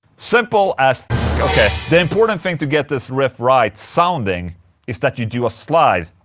simple as the important thing to get this riff right-sounding is that you do a slide